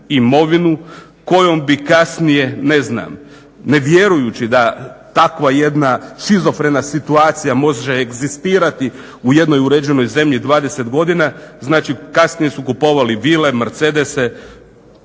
imovinu kojom bi kasnije ne znam ne vjerujući da takva jedna šizofrena situacija može egzistirati u jednoj uređenoj zemlji 20 godina, znači kasnije su kupovali vile, mercedese,